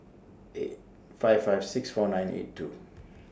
eight five five six four nine eight two